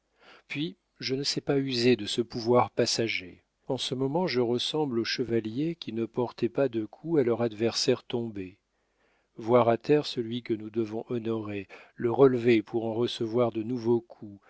puis je ne sais pas user de ce pouvoir passager en ce moment je ressemble aux chevaliers qui ne portaient pas de coup à leur adversaire tombé voir à terre celui que nous devons honorer le relever pour en recevoir de nouveaux coups